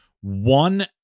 one